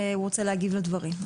הוא רוצה להגיב לדברים.